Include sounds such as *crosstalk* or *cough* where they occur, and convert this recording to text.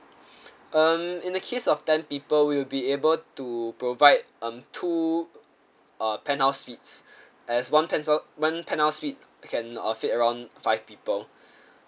um in the case of ten people we will be able to provide um two uh penthouse suites as one one penthouse suite can uh fit around five people *breath*